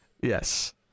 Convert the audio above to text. Yes